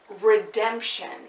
redemption